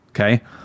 Okay